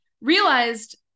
realized